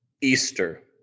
Easter